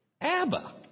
ABBA